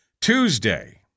Tuesday